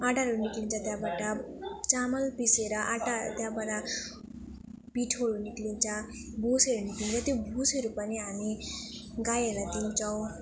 आँटाहरू निस्कन्छ त्यहाँबाट चामल पिसेर आँटा त्यहाँबाट पिठोहरू निस्कन्छ भुसहरू निस्कन्छ त्यो भुसहरू पनि हामी गाईहरूलाई दिन्छौँ